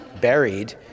buried